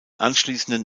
anschließenden